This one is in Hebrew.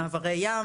מעברי ים,